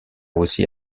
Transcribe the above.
aussi